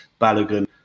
Balogun